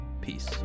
Peace